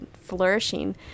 flourishing